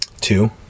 Two